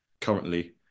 currently